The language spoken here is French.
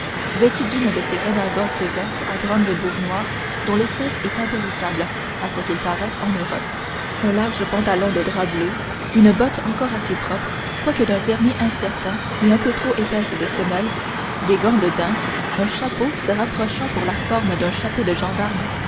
vêtu d'une de ces redingotes vertes à brandebourgs noirs dont l'espèce est impérissable à ce qu'il paraît en europe un large pantalon de drap bleu une botte encore assez propre quoique d'un vernis incertain et un peu trop épaisse de semelle des gants de daim un chapeau se rapprochant pour la forme d'un chapeau de gendarme